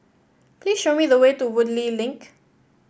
please show me the way to Woodleigh Link